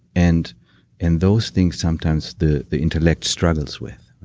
and and those things sometimes the the intellect struggles with.